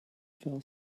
fell